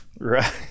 right